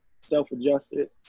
self-adjusted